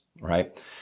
right